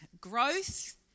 growth